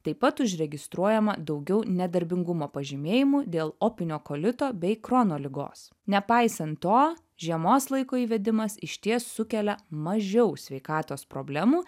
taip pat užregistruojama daugiau nedarbingumo pažymėjimų dėl opinio kolito bei krono ligos nepaisant to žiemos laiko įvedimas išties sukelia mažiau sveikatos problemų